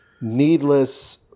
needless